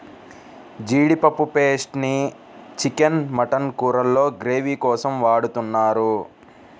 జీడిపప్పు పేస్ట్ ని chicken, mutton కూరల్లో గ్రేవీ కోసం వాడుతున్నారు